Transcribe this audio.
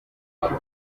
mucyo